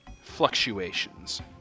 fluctuations